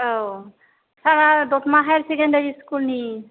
औ सारआ दतमा हायार सेकण्डारि स्कुलनि